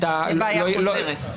בעיה חוזרת.